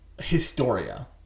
Historia